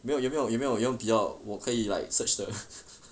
没有有没有有没有用比较我可以用 search 的